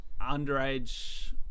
underage